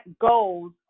goals